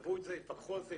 ילוו ויפקחו על זה,